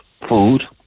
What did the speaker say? food